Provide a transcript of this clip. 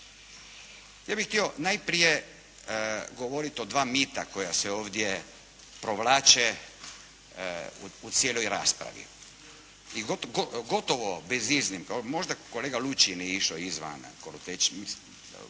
Ja bih htio najprije govoriti o dva mita koja se ovdje provlače u cijeloj raspravi. I gotovo bez iznimke, možda kolega Lučin je išao izvan kolotečine,